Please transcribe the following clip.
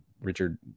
Richard